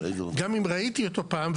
גם אם ראיתי אותו פעם,